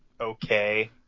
okay